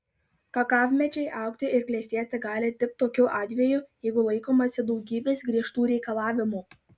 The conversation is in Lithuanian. kakavmedžiai augti ir klestėti gali tik tokiu atveju jeigu laikomasi daugybės griežtų reikalavimų